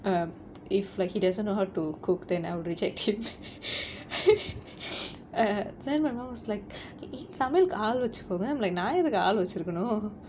um if like he doesn't know how to cook then I will reject him err then my mum was like சமையலுக்கு ஆள் வச்சிகோவேன்:samayalukku aal vachikkovaen like நான் எதுக்கு ஆள் வச்சிருக்கனும்:naan ethukkku aal vachirukkanum